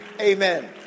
Amen